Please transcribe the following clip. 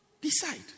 Decide